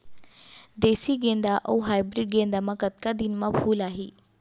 देसी गेंदा अऊ हाइब्रिड गेंदा म कतका दिन म फूल आही?